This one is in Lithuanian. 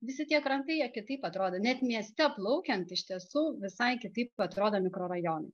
visi tie krantai jie kitaip atrodo net mieste plaukiant iš tiesų visai kitaip atrodo mikrorajonai